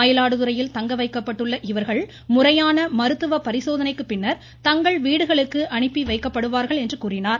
மயிலாடுதுறையில் தங்க வைக்கப்பட்டுள்ள இவர்கள் முறையான மருத்துவ பரிசோதனைக்குப் பின்னா் தங்கள் வீடுகளுக்கு அனுப்பி வைக்கப்படுவார்கள் எனக் கூறினார்